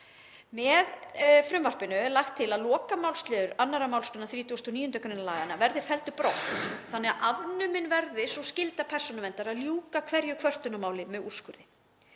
Með frumvarpinu er lagt til að lokamálsliður 2. mgr. 39. gr. laganna verði felldur brott þannig að afnumin verði sú skylda Persónuverndar að ljúka hverju kvörtunarmáli með úrskurði.